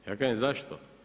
Ja kažem zašto.